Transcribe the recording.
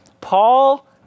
Paul